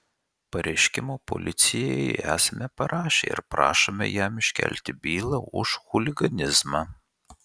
pareiškimą policijai esame parašę ir prašome jam iškelti bylą už chuliganizmą